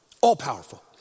all-powerful